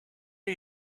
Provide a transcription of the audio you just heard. are